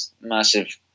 massive